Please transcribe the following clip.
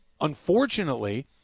unfortunately